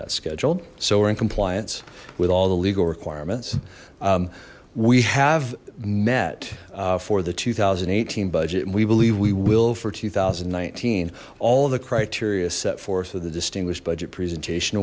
that scheduled so we're in compliance with all the legal requirements we have met for the two thousand and eighteen budget we believe we will for two thousand and nineteen all of the criteria set forth of the distinguished budget presentation